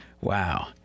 Wow